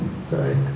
Sorry